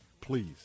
Please